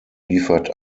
liefert